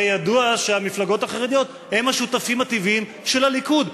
הרי ידוע שהמפלגות החרדיות הן השותפות הטבעיות של הליכוד.